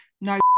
no